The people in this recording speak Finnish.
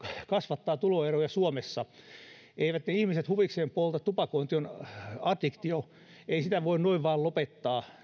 kasvattaa tuloeroja suomessa eivätkä ihmiset huvikseen polta tupakointi on addiktio ei sitä voi noin vain lopettaa